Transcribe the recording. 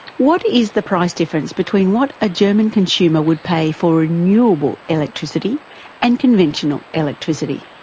what is the price difference between what a german consumer would pay for renewable electricity and conventional electricity?